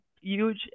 huge